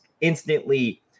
instantly